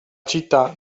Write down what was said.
città